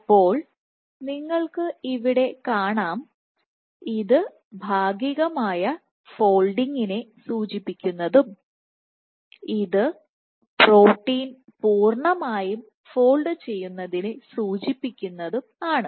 അപ്പോൾ നിങ്ങൾക്ക് ഇവിടെ കാണാം ഇത് ഭാഗികമായ ഫോൾഡിങ്ങിനെ സൂചിപ്പിക്കുന്നതും ഇത് പ്രോട്ടീൻ പൂർണമായും ഫോൾഡ് ചെയ്യുന്നതിനെ സൂചിപ്പിക്കുന്നതും ആണ്